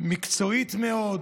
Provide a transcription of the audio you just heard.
מקצועית מאוד.